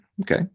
Okay